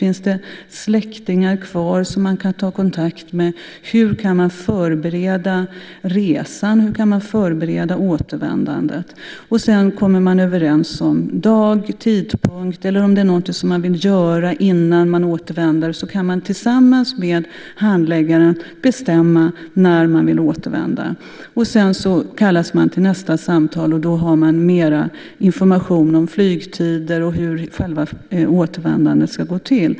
Finns det släktingar kvar som man kan ta kontakt med? Hur kan man förbereda resan? Hur kan man förbereda återvändandet? Sedan kommer man överens om dag, tidpunkt eller om det är någonting som den avvisade vill göra innan han eller hon återvänder. Man kan tillsammans med handläggaren bestämma när man vill återvända. Sedan kallas man till nästa samtal. Då får man mer information om flygtider och hur själva återvändandet ska gå till.